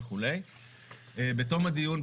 בתום הדיון,